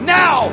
now